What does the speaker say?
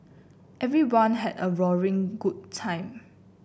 everyone had a roaring good time